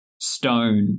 stone